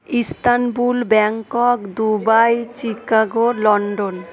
Istanbul Bangkok Dubai Chicago London